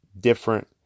different